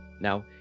Now